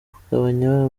kugabanya